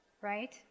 right